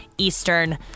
Eastern